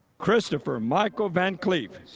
christopher michael van cleave,